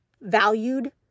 valued